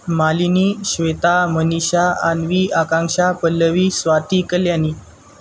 Malini Shweta Manisha Anvi Akanksha Pallavi Swati Kalyani